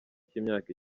cy’imyaka